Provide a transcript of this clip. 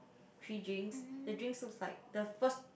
three drinks the drinks looks like the first